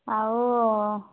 ଆଉ